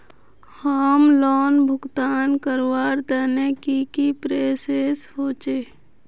Home loan भुगतान करवार तने की की प्रोसेस होचे?